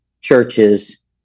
churches